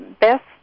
best